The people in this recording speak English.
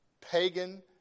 Pagan